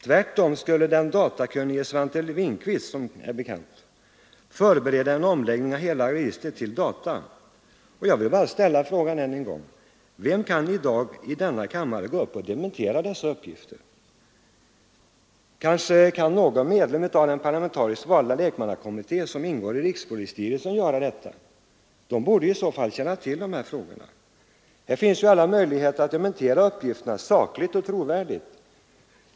Tvärtom skulle den datakunnige Svante Winqvist, som är bekant, förbereda en omläggning av hela registret till data. Jag vill bara ställa frågan än en gång: Vem kan i dag i denna kammare gå upp och dementera dessa uppgifter? Kanske kan någon medlem av den parlamentariskt valda lekmannakommitté som ingår i rikspolisstyrelsen göra detta. De borde ju känna till de här frågorna. Här finns ju alla möjligheter att dementera uppgifterna, sakligt och trovärdigt.